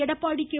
Edappadi K